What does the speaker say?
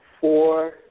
Four